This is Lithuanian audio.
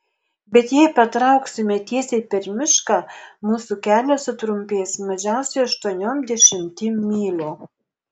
bet jei patrauksime tiesiai per mišką mūsų kelias sutrumpės mažiausiai aštuoniom dešimtim mylių